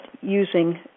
using